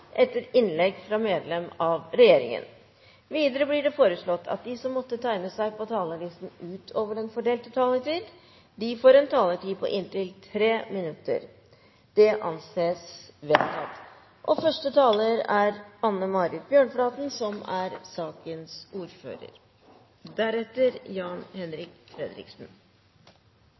etter innlegg fra medlem av regjeringen innenfor den fordelte taletid. Videre blir det foreslått at de som måtte tegne seg på talerlisten utover den fordelte taletid, får en taletid på inntil 3 minutter. – Det anses vedtatt. E6 og E10 nord for Narvik er